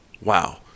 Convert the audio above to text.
Wow